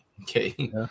Okay